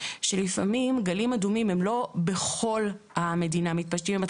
שלפעמים גלים אדומים הם לא מתפשטים בכל המדינה אלא הם לפעמים